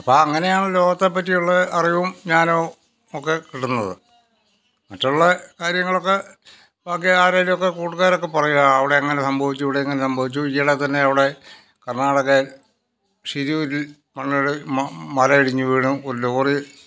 അപ്പം അങ്ങനെയാണ് ലോകത്തെപ്പറ്റിയുള്ള അറിവും ജ്ഞാനവും ഒക്കെ കിട്ടുന്നത് മറ്റുള്ള കാര്യങ്ങളുമൊക്കെ ആരെങ്കിലുമൊക്കെ കൂട്ടുകാരൊക്കെ പറയും അവിടെ അങ്ങനെ സംഭവിച്ചു ഇവിടെ ഇങ്ങനെ സംഭവിച്ചു ഈ ഇടെ തന്നെ അവിടെ കർണാടകേ ഷിരൂരിൽ മണ്ണിടിഞ്ഞ് മലയിടിഞ്ഞ് വീണു ഒരു ലോറി